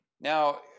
Now